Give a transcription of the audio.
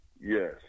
yes